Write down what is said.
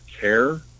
care